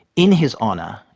in his honour,